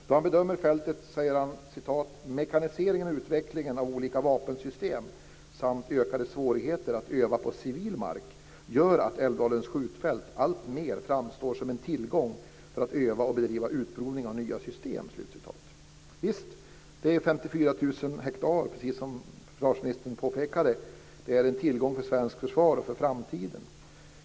Då han bedömer fältet säger han: Mekaniseringen och utvecklingen av olika vapensystem samt ökade svårigheter att öva på civil mark gör att Älvdalens skjutfält alltmer framstår som en tillgång för att öva och bedriva utprovning av nya system. Visst. Det är 54 000 hektar, precis som försvarsministern påpekade. Det är en tillgång för svenskt försvar för framtiden.